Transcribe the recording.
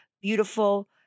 beautiful